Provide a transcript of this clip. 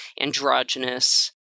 androgynous